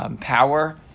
power